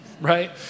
right